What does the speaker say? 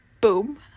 Boom